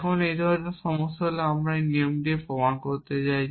এখন এই ধরনের বাক্যে সমস্যা হল যে আমি একটি নিয়ম দিয়ে প্রমান করতে চাই